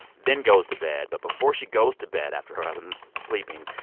then goes to bed. but before she goes to bed after her husband's sleeping,